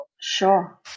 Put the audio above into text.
Sure